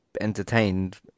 entertained